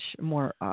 more